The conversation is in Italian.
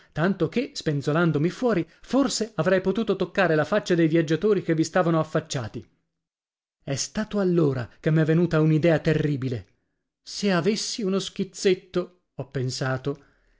tanto che spenzolandomi fuori forse avrei potuto toccare la faccia dei viaggiatori che vi stavano affacciati è stato allora che m'è venuta un'idea terribile se avessi uno schizzetto ho pensato